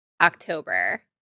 October